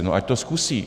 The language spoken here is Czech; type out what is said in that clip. No ať to zkusí.